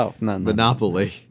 Monopoly